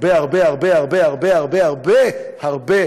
על הרבה הרבה הרבה הרבה הרבה הרבה הרבה